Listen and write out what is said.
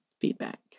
Feedback